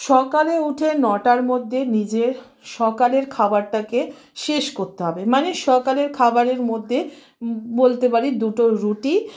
সকালে উঠে নটার মধ্যে নিজের সকালের খাবারটাকে শেষ করতে হবে মানে সকালের খাবারের মধ্যে বলতে পারি দুটো রুটি